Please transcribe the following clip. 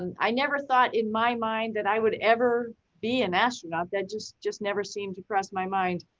and i never thought in my mind that i would ever be an astronaut that just just never seemed to cross my mind.